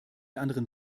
anderen